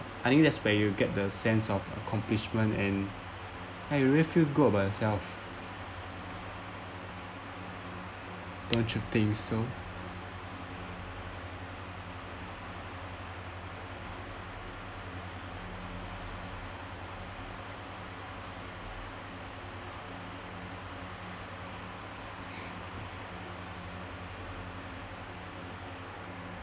I think that's where you get the sense of accomplishment and your goal about yourself don't you think so